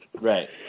Right